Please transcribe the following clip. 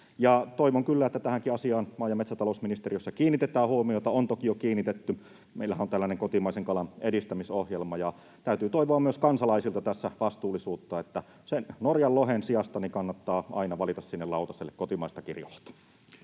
Toivon kyllä, että tähänkin asiaan maa‑ ja metsätalousministeriössä kiinnitetään huomiota — on toki jo kiinnitetty: meillähän on tällainen kotimaisen kalan edistämisohjelma. Täytyy toivoa myös kansalaisilta vastuullisuutta tässä: sen Norjan lohen sijasta kannattaa aina valita lautaselle kotimaista kirjolohta.